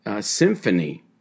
symphony